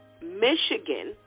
Michigan